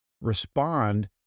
respond